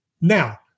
Now